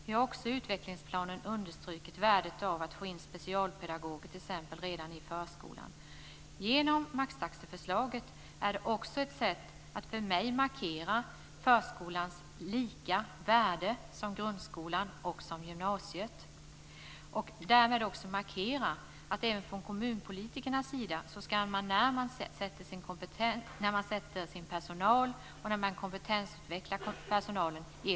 Vi har också i utvecklingsplanen understrukit värdet av att få in specialpedagoger redan i förskolan. Maxtaxeförslaget är också ett sätt för mig att markera förskolans lika värde jämfört med grundskolan och gymnasiet. Därmed är det också en markering att kommunpolitikerna ger personalen ett lika värde när den anställs eller kompetensutvecklas.